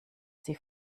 sie